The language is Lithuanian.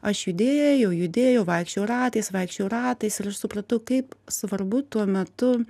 aš judėjau judėjau vaikščiojau ratais vaikščiojau ratais ir aš supratau kaip svarbu tuo metu